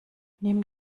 nimm